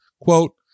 quote